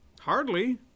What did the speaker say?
Hardly